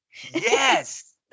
Yes